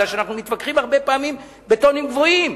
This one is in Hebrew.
כי אנחנו מתווכחים הרבה פעמים בטונים גבוהים.